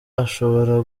ashobora